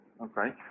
Okay